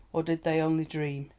or did they only dream?